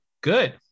Good